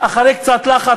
אחרי קצת לחץ,